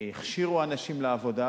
הכשירו אנשים לעבודה.